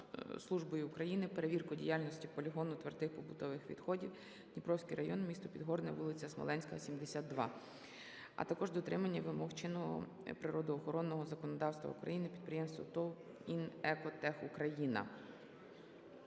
службою України перевірку діяльності полігону твердих побутових відходів (Дніпровський район, місто Підгорне, вулиця Смоленська, 72), а також дотримання вимог чинного природоохоронного законодавства України підприємством ТОВ "ІнЕкоТех Україна".